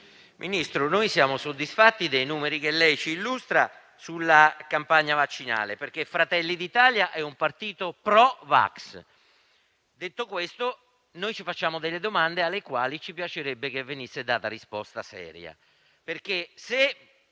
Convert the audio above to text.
Ministro, siamo soddisfatti dei numeri che ci illustra sulla campagna vaccinale, perché Fratelli d'Italia è un partito *pro* vax. Detto questo, ci facciamo delle domande alle quali ci piacerebbe venisse data una risposta seria.